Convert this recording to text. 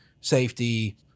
safety